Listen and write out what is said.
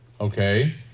Okay